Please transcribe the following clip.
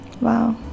Wow